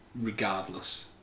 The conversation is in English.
regardless